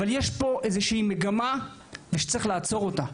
אבל יש פה איזו שהיא מגמה שצריך לעצור אותה.